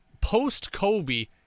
Post-Kobe